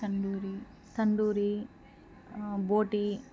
తండూరి తండూరీ బోటి